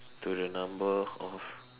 to the number of